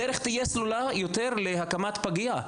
הדרך תהיה סלולה יותר להקמת פגייה.